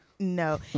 No